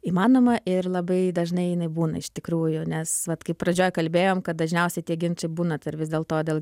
įmanoma ir labai dažnai jinai būna iš tikrųjų nes vat kai pradžioj kalbėjom kad dažniausiai tie ginčai būna tar vis dėlto dėl